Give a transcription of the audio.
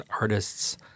artists